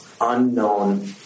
unknown